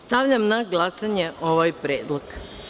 Stavljam na glasanje ovaj predlog.